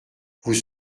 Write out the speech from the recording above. vous